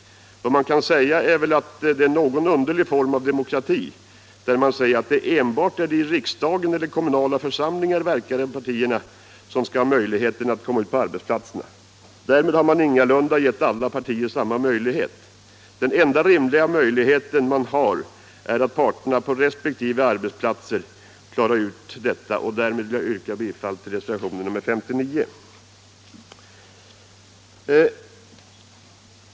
Det är en underlig form av demokrati om enbart de i riksdagen eller i kommunala församlingar verkande partierna skall ha möjlighet att komma ut på arbetsplatserna. Därmed har man ingalunda givit alla partier samma möjlighet. Den enda rimliga vägen är att parterna på resp. arbetsplatser får ta ställning till dessa frågor.